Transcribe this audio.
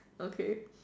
okay